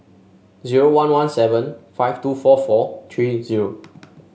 zero one one seven five two four four three zero